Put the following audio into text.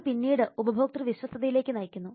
അത് പിന്നീട് ഉപഭോക്തൃ വിശ്വസ്തതയിലേക്ക് നയിക്കുന്നു